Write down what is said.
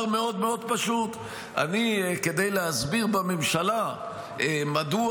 מאוד מאוד פשוט: כדי להסביר בממשלה מדוע